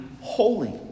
holy